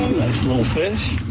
nice little fish.